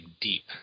deep